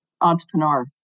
entrepreneur